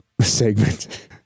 segment